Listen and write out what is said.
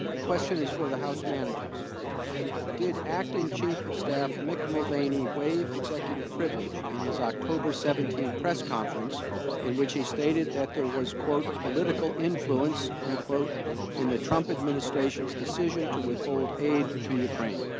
the question is for the house managers did acting chief of staff mcilvaine the way for executives privilege in his october seventeen press conference in which he stated that there was quote political influence and quote in the trump administration's decision to withhold aid to yeah i mean